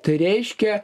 tai reiškia